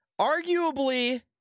Arguably